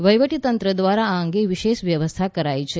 વહીવટીતંત્ર દ્વારા આ અંગે વિશેષ વ્યવસ્થા કરાઈ છે